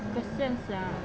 kesian sia